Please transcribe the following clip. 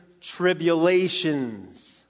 tribulations